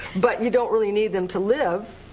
but you don't really need them to live.